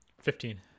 Fifteen